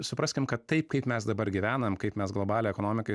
supraskim kad taip kaip mes dabar gyvenam kaip mes globalią ekonomikai